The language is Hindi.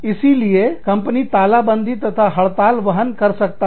इसीलिए कंपनी तालाबंदी तथा हड़ताल वहन कर सकता है